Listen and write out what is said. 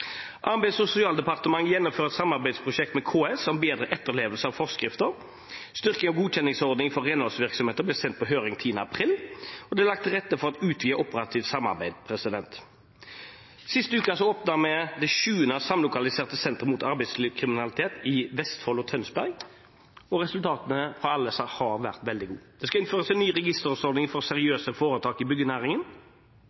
Arbeids- og sosialdepartementet gjennomfører et samarbeidsprosjekt med KS om bedre etterlevelse av forskrifter, forslag om styrking av godkjenningsordninger for renholdsvirksomheter ble sendt på høring 10. april, og det er lagt til rette for et utvidet operativt samarbeid. Sist uke åpnet vi det sjuende samlokaliserte senteret mot arbeidslivskriminalitet, i Vestfold og Tønsberg, og resultatene fra alle disse har vært veldig gode. Det skal innføres en ny registreringsordning for